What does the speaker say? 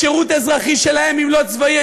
לשירות אזרחי שלהם, אם לא צבאי.